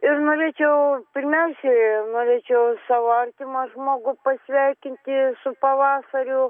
ir norėčiau pirmiausiai norėčiau savo artimą žmogų pasveikinti su pavasariu